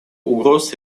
угроз